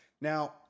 Now